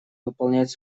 выполнять